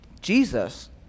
Jesus